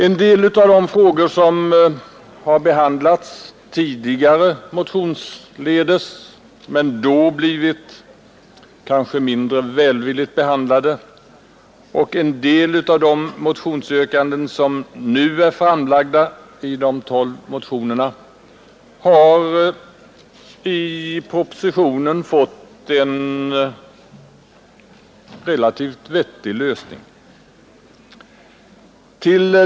En del av de frågor som tidigare tagits upp motionsvägen men som då blivit mindre välvilligt behandlade och en del av de yrkanden som nu framställts i de tolv motionerna har i propositionen fått en relativt vettig lösning.